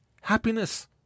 happiness